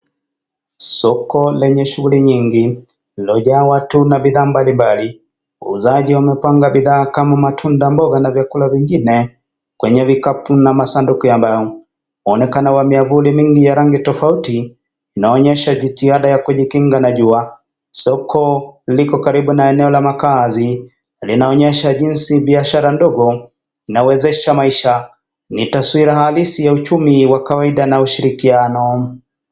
Soko lenye shughuli nyingi lililojawa tu na bidhaa mbalimbali, wauzaji wamepanga bidhaa kama matunda, mboga na vyakula vingine kwenye vikapu na masanduku ya mbao, waonekana wa myavuli mingi ya rangi tofauti inaonyesha jitihada ya kijikinga na jua, soko liko karibu na eneo la makaazi linaonyesha jinsi biashara ndogo inawezesha maisha, ni taswira halisi ya uchumi wa kawaida na ushirikiano.